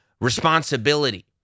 responsibility